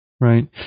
Right